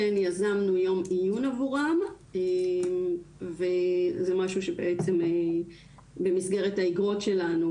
אנחנו כן יזמנו יום עיון עבורן וזה משהו שבעצם במסגרת האגרות שלנו,